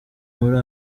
muri